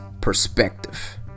perspective